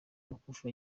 umukufi